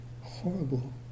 horrible